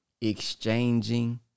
Exchanging